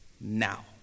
now